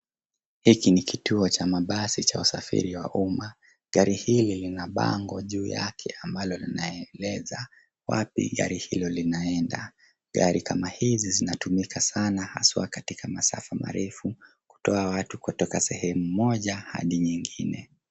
Hiki ni kituo cha mabasi cha wasafiri wa umma. Gari hili lina bango juu yake ambalo linaeleza wapi gari hilo linaenda. Gari kama hizi zinatumika sana haswa katika masafa marefu, kutoa watu kutoka sehemu moja hadi nyingine.